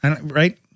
right